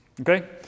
okay